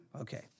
Okay